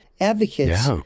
advocates